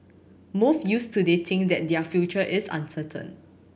moth youths today think that their future is uncertain